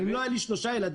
אם לא היו לי שלושה ילדים,